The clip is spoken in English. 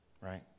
right